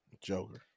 Joker